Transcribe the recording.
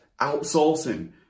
outsourcing